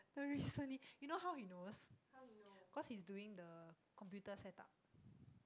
the recently you know how he knows cause he's doing the computer setup